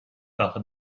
par